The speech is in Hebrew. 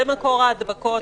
זה מקור ההדבקות.